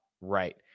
right